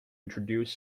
introduce